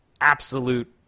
absolute